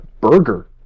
burger